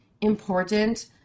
important